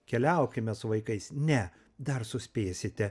keliaukime su vaikais ne dar suspėsite